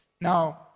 Now